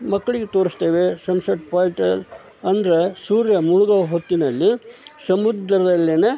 ಮಕ್ಳಿಗೆ ತೋರಿಸ್ತೇವೆ sunset point ಅಂದರೆ ಸೂರ್ಯ ಮುಳುಗೋ ಹೊತ್ತಿನಲ್ಲಿ ಸಮುದ್ರದಲ್ಲಿಯ